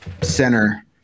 center